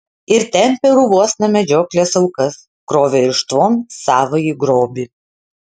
ir tempė urvuosna medžioklės aukas krovė irštvon savąjį grobį